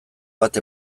bat